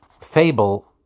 fable